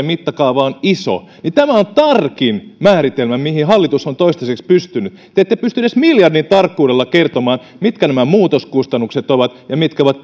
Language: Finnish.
mittakaava on iso niin tämä on tarkin määritelmä mihin hallitus on toistaiseksi pystynyt te ette pysty edes miljardin tarkkuudella kertomaan mitkä nämä muutoskustannukset ovat ja mitkä ovat